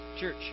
Church